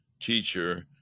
teacher